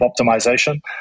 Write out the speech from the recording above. optimization